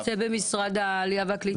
זה במשרד העלייה והקליטה?